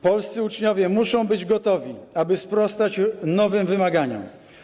Polscy uczniowie muszą być gotowi, aby sprostać nowym wymaganiom.